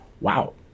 Wow